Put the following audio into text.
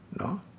no